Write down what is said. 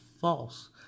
false